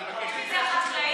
אני מייצג את הציבור הערבי.